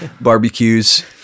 barbecues